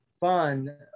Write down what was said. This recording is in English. Fun